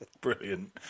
Brilliant